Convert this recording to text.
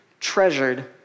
treasured